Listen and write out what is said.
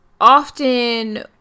Often